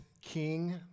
king